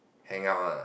hang out lah